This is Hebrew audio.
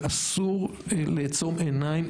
ואסור לעצום עיניים,